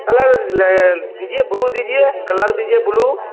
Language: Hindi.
कलर दीजिए ब्लू दीजिए कलर दीजिए ब्लू